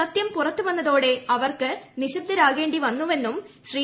സത്യം പുറത്ത് വന്നതോടെ അവർക്ക് നിശ്ശബ്ദരാകേണ്ടി വന്നുവെന്നും ശ്രീ